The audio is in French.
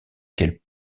quel